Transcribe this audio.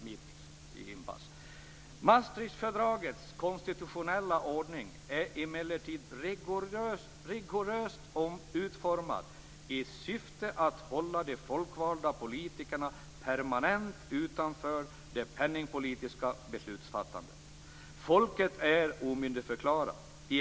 Hermansson fortsätter: Maastrichtfördragets konstitutionella ordning är emellertid rigoröst utformad i syfte att hålla de folkvalda politikerna permanent utanför det penningpolitiska beslutsfattandet. Folket är omyndigförklarat.